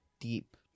Deep